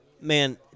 Man